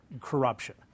corruption